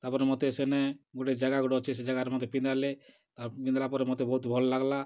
ତା'ର୍ପରେ ମତେ ସେନେ ଗୁଟେ ଜାଗା ଗୁଟେ ଅଛେ ସେ ଜାଗାରେ ମତେ ପିନ୍ଧାଲେ ତାହାକୁ ପିନ୍ଧ୍ଲା ପରେ ମତେ ବହୁତ୍ ଭଲ୍ ଲାଗ୍ଲା